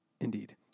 Indeed